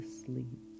sleep